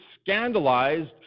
scandalized